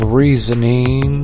reasoning